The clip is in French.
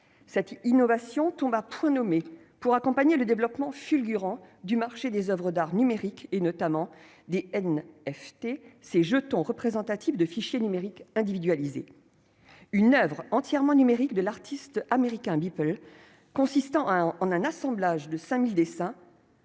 Cette innovation tombe à point nommé pour accompagner le développement fulgurant du marché des oeuvres d'art numériques, notamment des NFT (), ces « jetons » représentatifs de fichiers numériques individualisés. Une oeuvre entièrement numérique de l'artiste américain Beeple, consistant en un assemblage de 5 000 dessins,